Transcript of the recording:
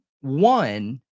one